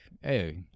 hey